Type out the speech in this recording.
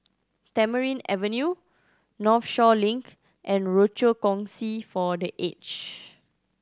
Tamarind Avenue Northshore Link and Rochor Kongsi for The Age